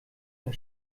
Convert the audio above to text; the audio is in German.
der